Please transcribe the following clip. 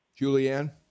Julianne